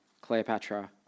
Cleopatra